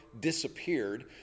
disappeared